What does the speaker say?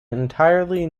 entirely